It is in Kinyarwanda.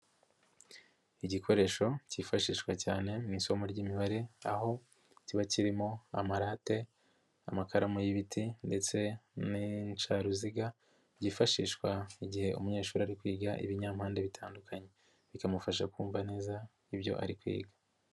Igikoresho cyifashishwa cyane mu isomo ry'imibare aho kiba kirimo amarate, amakaramu, y'ibiti, ndetse n'incaruziga byifashishwa igihe umunyeshuri ari kwiga ibinyampande bitandukanye, bikamufasha kumva neza ibyo ari kwiga.